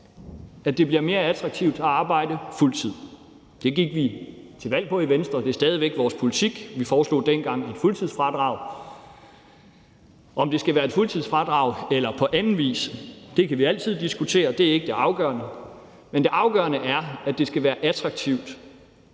at det bliver mere attraktivt at arbejde fuld tid. Det gik vi til valg på i Venstre. Det er stadig væk vores politik. Vi foreslog dengang et fuldtidsfradrag. Om det skal være et fuldtidsfradrag eller noget andet, kan vi altid diskutere. Det er ikke det afgørende. Det afgørende er, at det skal være attraktivt